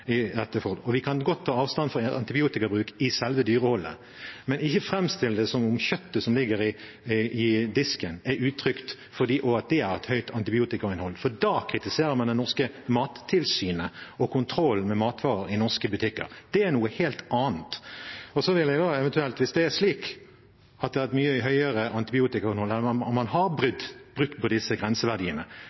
Vi kan godt ta avstand fra antibiotikabruk i selve dyreholdet, men ikke framstill det som om kjøttet som ligger i disken, er utrygt og har et høyt antibiotikainnhold, for da kritiserer man det norske mattilsynet og kontrollen med matvarer i norske butikker. Det er noe helt annet. Hvis det eventuelt er slik at det er et mye høyere antibiotikainnhold, og man har brutt med de grenseverdiene, får man peke på hvilke tilfeller det er der man har slike brudd.